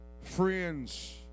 friends